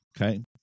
Okay